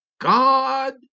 God